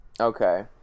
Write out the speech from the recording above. Okay